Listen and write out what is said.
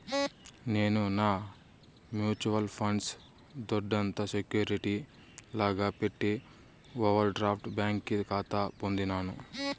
నేను నా mutual funds దొడ్డంత సెక్యూరిటీ లాగా పెట్టి ఓవర్ డ్రాఫ్ట్ బ్యాంకి కాతా పొందినాను